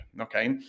okay